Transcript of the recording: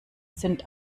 sind